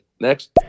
Next